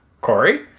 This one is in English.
Corey